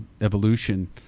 evolution